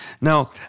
Now